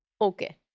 Okay